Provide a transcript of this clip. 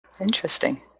interesting